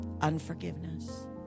unforgiveness